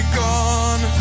gone